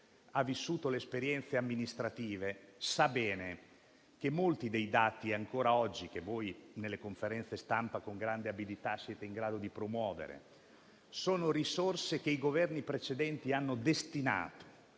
ha vissuto esperienze amministrative sa bene che molti dei dati che voi nelle conferenze stampa con grande abilità siete in grado di promuovere derivano da risorse che i Governi precedenti hanno stanziato.